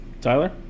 Tyler